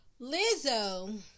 Lizzo